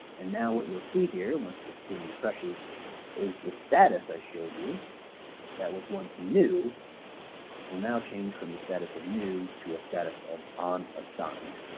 and now what you'll see here, once the screen refreshes is the status i showed you that was once new will now change from the status of new to a status of um ah unassigned.